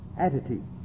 attitude